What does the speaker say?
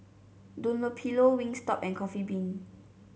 Dunlopillo Wingstop and Coffee Bean